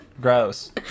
Gross